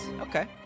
Okay